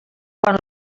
quan